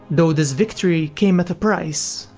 though this victory came at a price,